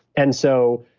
and so,